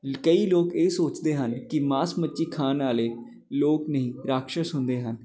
ਕਈ ਲੋਕ ਇਹ ਸੋਚਦੇ ਹਨ ਕਿ ਮਾਸ ਮੱਛੀ ਖਾਣ ਵਾਲੇ ਲੋਕ ਨੇ ਰਾਕਸ਼ਸ ਹੁੰਦੇ ਹਨ